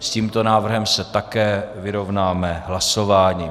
S tímto návrhem se také vyrovnáme hlasováním.